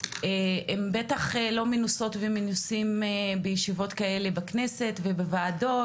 הם בטח לא מנוסות ומנוסים בישיבות כאלה בכנסת ובוועדות,